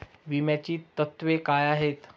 विम्याची तत्वे काय आहेत?